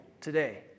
today